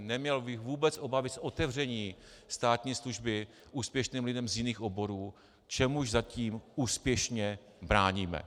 Neměl bych vůbec obavy z otevření státní služby úspěšným lidem z jiných oborů, čemuž zatím úspěšně bráníme.